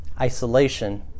isolation